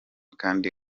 kandi